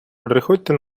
приходьте